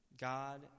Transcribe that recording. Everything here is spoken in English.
God